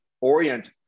orient